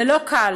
זה לא קל,